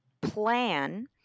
plan